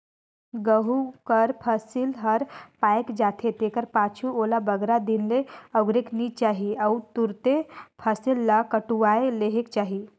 गहूँ कर फसिल हर पाएक जाथे तेकर पाछू ओला बगरा दिन ले अगुरेक नी चाही अउ तुरते फसिल ल कटुवाए लेहेक चाही